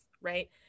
right